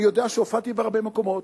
אני יודע שהופעתי בהרבה מקומות,